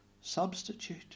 substitute